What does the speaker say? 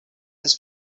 his